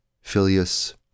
Filius